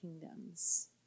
kingdoms